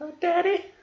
Daddy